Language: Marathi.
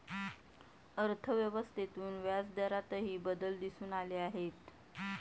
अर्थव्यवस्थेतून व्याजदरातही बदल दिसून आले आहेत